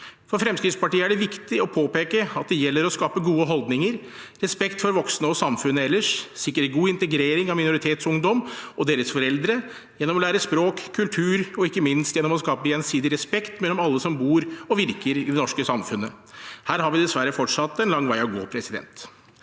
For Fremskrittspartiet er det viktig å påpeke at det gjelder å skape gode holdninger, respekt for voksne og samfunnet ellers, og å sikre god integrering av minoritetsungdom og deres foreldre gjennom å lære språk og kultur, og ikke minst gjennom å skape gjensidig respekt mellom alle som bor og virker i det norske samfunnet. Her har vi dessverre fortsatt en lang vei å gå. Det